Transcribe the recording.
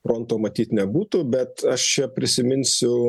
pronto matyt nebūtų bet aš čia prisiminsiu